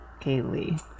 kaylee